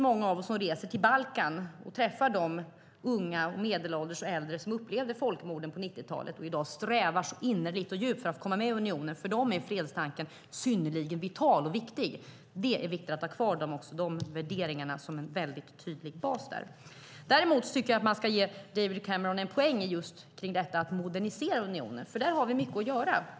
Många av oss som reser till Balkan ser när vi träffar de unga, medelålders och äldre som upplevde folkmorden på 90-talet och i dag strävar så innerligt och djupt efter att komma med i unionen att fredstanken är synnerligen vital och viktig för dem. Det är viktigt att ha kvar de värderingarna som en tydlig bas. Däremot tycker jag att man ska ge David Cameron en poäng när det gäller att modernisera unionen, för där har vi mycket att göra.